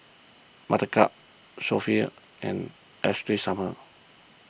Buttercup Sofia and Ashley Summers